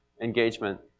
engagement